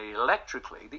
electrically